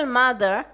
mother